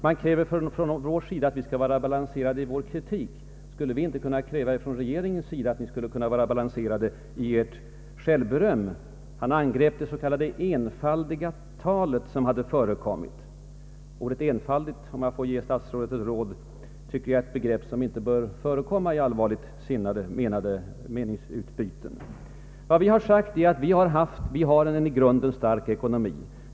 Man kräver från vår sida att vi skall vara balanserade i vår kritik. Skulle vi inte kunna kräva från regeringens sida att ni skall vara balanserade i ert självberöm? Herr Wickman angrep det s.k. enfaldiga tal som förekommit. Om jag får ge statsrådet ett råd tycker jag att ordet enfaldig inte borde förekomma i ett allvarligt meningsutbyte. Vad vi har sagt är att vi har en i grunden stark ekonomi.